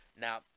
now